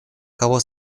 кого